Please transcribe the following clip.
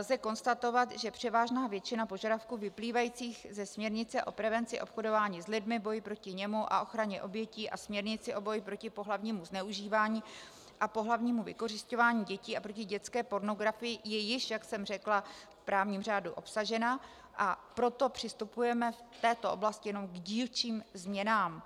Lze konstatovat, že převážná většina požadavků vyplývajících ze směrnice o prevenci obchodování s lidmi, boji proti němu a ochraně obětí a směrnice o boji proti pohlavnímu zneužívání a pohlavnímu vykořisťování dětí a proti dětské pornografii je již, jak jsem řekla, v právním řádu obsažena, a proto přistupujeme v této oblasti jenom k dílčím změnám.